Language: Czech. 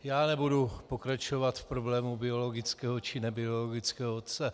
Já nebudu pokračovat v problému biologického či nebiologického otce.